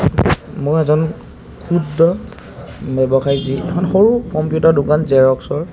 মই এজন ক্ষুদ্ৰ ব্যৱসায়ী যি এখন সৰু কম্পিউটাৰ দোকান জেৰক্সৰ